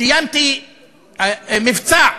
קיימתי מבצע: